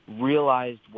realized